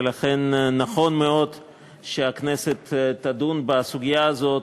ולכן נכון מאוד שהכנסת תדון בסוגיה הזאת